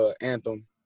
Anthem